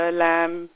lamb